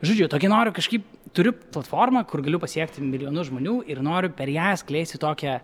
žodžiu tokie norai kažkaip turiu platformą kur galiu pasiekti milijonus žmonių ir noriu per ją skleisti tokią